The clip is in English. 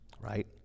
right